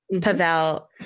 Pavel